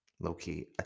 low-key